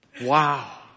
Wow